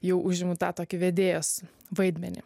jau užimu tą tokį vedėjos vaidmenį